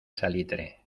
salitre